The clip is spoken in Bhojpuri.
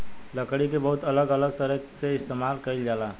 लकड़ी के बहुत अलग अलग तरह से इस्तेमाल कईल जाला